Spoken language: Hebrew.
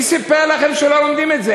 מי סיפר לכם שלא לומדים את זה?